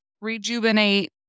rejuvenate